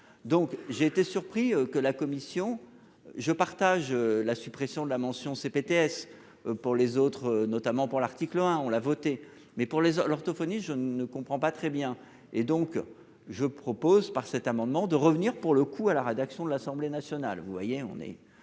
donc j'ai été surpris que la commission je partage la suppression de la mention CPTS. Pour les autres, notamment pour l'article hein on l'a voté. Mais pour les l'orthophonie, je ne comprends pas très bien et donc je propose par cet amendement de revenir pour le coup, à la rédaction de l'Assemblée nationale, vous voyez on est